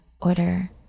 order